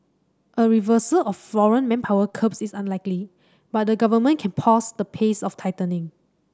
a reversal of foreign manpower curbs is unlikely but the government can pause the pace of tightening